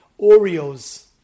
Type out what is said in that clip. Oreos